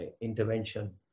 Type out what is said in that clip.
intervention